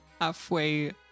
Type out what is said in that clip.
halfway